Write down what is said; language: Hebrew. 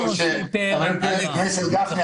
חבר הכנסת גפני,